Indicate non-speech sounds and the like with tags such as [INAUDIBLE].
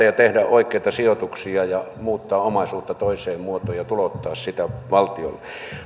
[UNINTELLIGIBLE] ja tehdä oikeita sijoituksia ja muuttaa omaisuutta toiseen muotoon ja tulouttaa sitä valtiolle